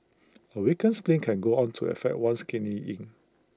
A weakened spleen can go on to affect one's Kidney Yin